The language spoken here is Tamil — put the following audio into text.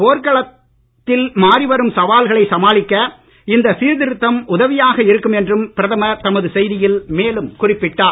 போர்க்களத்தில் மாறிவரும் சவால்களை சமாளிக்க இந்த சீர்திருத்தம் உதவியாக இருக்கும் என்றும் பிரதமர் தமது செய்தியில் மேலும் குறிப்பிட்டுள்ளார்